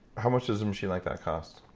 how much does a machine like that cost?